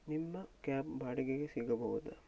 ನಿಮ್ಮ ಕ್ಯಾಬ್ ಬಾಡಿಗೆಗೆ ಸಿಗಬಹುದಾ